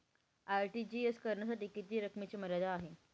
RTGS करण्यासाठी किती रकमेची मर्यादा आहे?